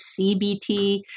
CBT